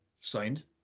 signed